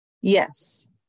Yes